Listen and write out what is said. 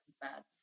bad